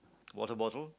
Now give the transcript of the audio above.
water bottle